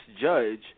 judge